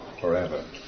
forever